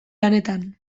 lanetan